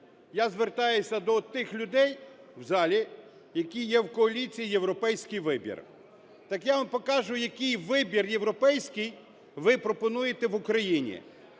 Я звертаюся до тих людей в залі, які є в коаліції "Європейський вибір". Так я вам покажу, який вибір європейський ви пропонуєте в Україні.